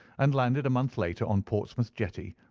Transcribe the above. and landed a month later on portsmouth jetty,